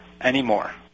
anymore